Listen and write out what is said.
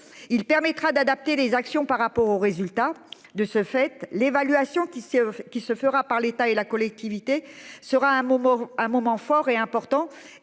il permettra d'adapter les actions par rapport aux résultats de ce fait l'évaluation qui s'est qui se fera par l'état et la collectivité sera un moment, un moment fort et important